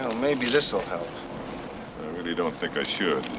maybe this will help. i really don't think i should.